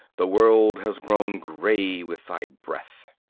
the world has grown gray with thy breath.